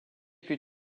plus